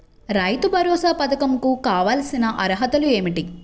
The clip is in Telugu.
రైతు భరోసా పధకం కు కావాల్సిన అర్హతలు ఏమిటి?